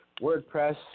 WordPress